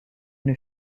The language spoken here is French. une